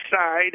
side